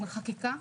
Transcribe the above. היא בחקיקה,